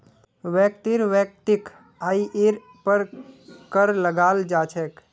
व्यक्तिर वैयक्तिक आइर पर कर लगाल जा छेक